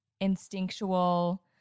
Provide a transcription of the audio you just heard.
instinctual